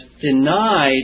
denied